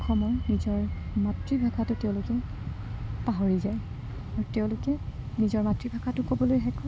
সময় নিজৰ মাতৃভাষাটো তেওঁলোকে পাহৰি যায় আৰু তেওঁলোকে নিজৰ মাতৃভাষাটো ক'বলৈ শেষত